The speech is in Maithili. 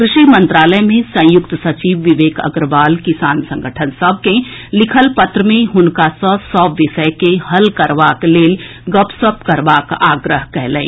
कृषि मंत्रालय मे संयुक्त सचिव विवेक अग्रवाल किसान संगठन सभ के लिखल पत्र मे हुनका सँ सभ विषय के हल करबाक लेल गपशप करबाक आग्रह कयलनि